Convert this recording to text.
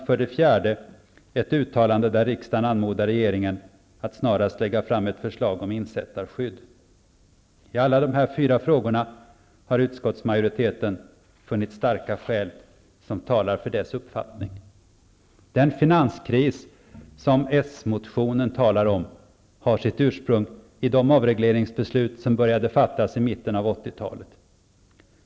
För det fjärde: ett uttalande där riksdagen anmodar regeringen att snarast lägga fram ett förslag om insättarskydd. I alla frågorna har utskottsmajoriteten funnit starka skäl som talar för denna uppfattning. Den finanskris som behandlas i den socialdemokratiska motionen har sitt ursprung i de avregleringsbeslut som började fattas i mitten av 80-talet.